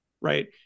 right